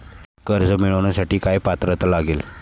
कर्ज मिळवण्यासाठी काय पात्रता लागेल?